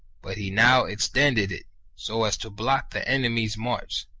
but he now extended it so as to block the enemy's march,